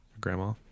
grandma